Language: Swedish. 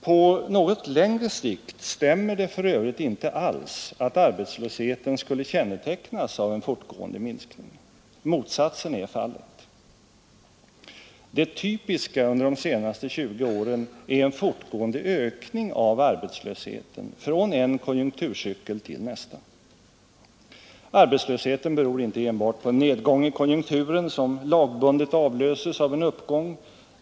På något längre sikt stämmer det för övrigt inte alls att arbetslösheten skulle kännetecknas av en fortgående minskning. Motsatsen är fallet. Det typiska under de senaste tjugo åren är en fortgående ökning av arbetslösheten, från en konjunkturcykel till nästa. Arbetslösheten beror inte enbart på en nedgång i konjunkturen, som lagbundet avlöses av en uppgång.